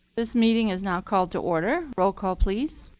this meeting is now called to order. roll call, please.